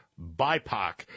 BIPOC